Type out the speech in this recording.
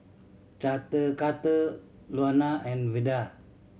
Carter Luana and Veda